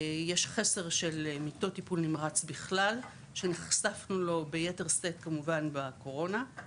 יש חסר של מיטות טיפול נמרץ בכלל שנחשפנו לו ביתר שאת כמובן בקורונה,